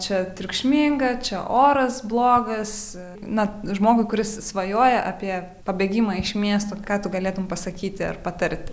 čia triukšminga čia oras blogas na žmogui kuris svajoja apie pabėgimą iš miesto ką tu galėtum pasakyti ar patarti